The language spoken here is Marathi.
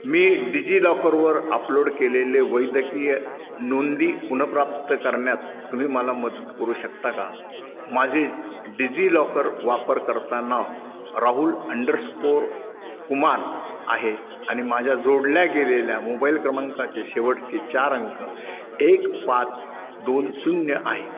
मी डिजिलॉकरवर अपलोड केलेले वैद्यकीय नोंदी पुनर्प्राप्त करण्यात तुम्ही मला मदत करू शकता का माझे डिझिलॉकर वापरकर्ता नाव राहुल अंडरस्कोर कुमार आहे आणि माझ्या जोडल्या गेलेल्या मोबाईल क्रमांकाचे शेवटचे चार अंक एक पाच दोन शून्य आहे